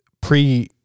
pre